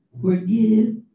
forgive